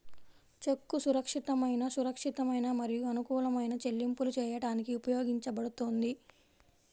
చెక్కు సురక్షితమైన, సురక్షితమైన మరియు అనుకూలమైన చెల్లింపులు చేయడానికి ఉపయోగించబడుతుంది